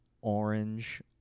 orange